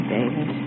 David